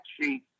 sheet